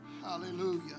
Hallelujah